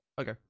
okay